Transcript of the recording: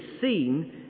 seen